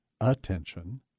attention